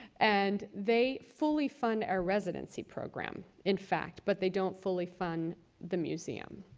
and they fully fund our residency program, in fact, but they don't fully fund the museum.